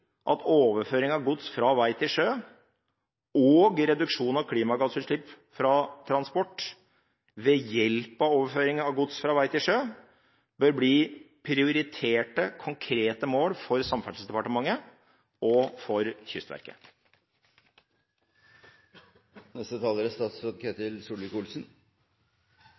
at overføring av gods fra vei til sjø og reduksjon av klimagassutslipp fra transport ved hjelp av overføring av gods fra vei til sjø, bør bli prioriterte, konkrete mål for Samferdselsdepartementet og for